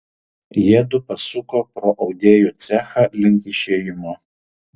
jiedu pasuko pro audėjų cechą link išėjimo